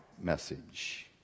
message